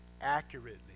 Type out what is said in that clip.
accurately